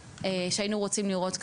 שהיינו רוצים לראות כאן,